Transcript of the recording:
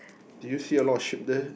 did you see a lot of sheep there